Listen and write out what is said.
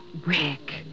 Rick